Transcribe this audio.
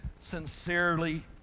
sincerely